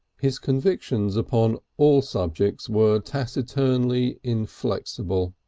his convictions upon all subjects were taciturnly inflexible.